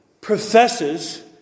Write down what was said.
professes